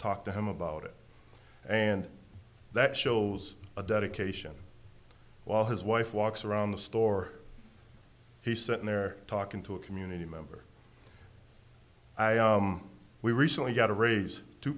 talk to him about it and that shows a dedication while his wife walks around the store he set in there talking to a community member we recently got a raise two